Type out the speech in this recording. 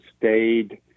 stayed